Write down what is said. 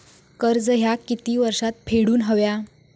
कर्ज ह्या किती वर्षात फेडून हव्या?